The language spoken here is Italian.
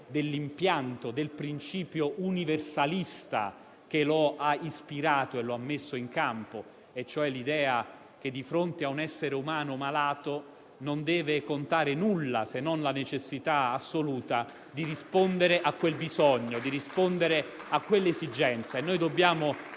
dell'impianto e del principio universalista che lo ha ispirato e che ha messo in campo: l'idea che di fronte a un essere umano malato non deve contare nulla se non la necessità assoluta di rispondere a quel bisogno e a quelle esigenze.